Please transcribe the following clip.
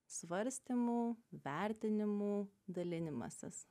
svarstymų vertinimų dalinimasis